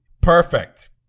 Perfect